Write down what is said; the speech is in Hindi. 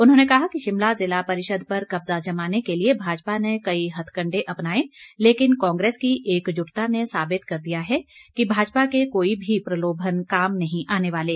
उन्होंने कहा कि शिमला जिला परिषद पर कब्जा जमाने के लिए भाजपा ने कई हथकंडे अपनाए लेकिन कांग्रेस की एकजुटता ने साबित कर दिया है कि भाजपा के कोई भी प्रलोभन काम नहीं आने वाले